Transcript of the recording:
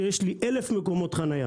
שיש לי 1000 מקומות חנייה,